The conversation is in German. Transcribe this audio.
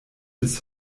bis